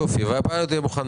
מתי הפיילוט יהיה מוכן?